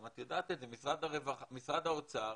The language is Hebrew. משרד האוצר